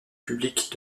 publics